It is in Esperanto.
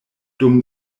dum